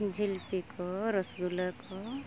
ᱡᱷᱤᱞᱯᱤ ᱠᱚ ᱨᱚᱥᱜᱩᱞᱟᱹ ᱠᱚ